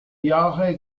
jahre